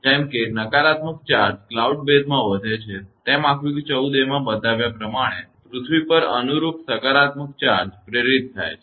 જેમ કે નકારાત્મક ચાર્જ ક્લાઉડ બેઝમાં વધે છે તેમ આકૃતિ 14 a માં બતાવ્યા પ્રમાણે પૃથ્વી પર અનુરૂપ સકારાત્મક ચાર્જ પ્રેરિત થાય છે